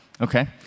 Okay